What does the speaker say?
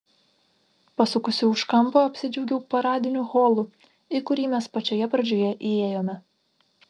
pasukusi už kampo apsidžiaugiau paradiniu holu į kurį mes pačioje pradžioje įėjome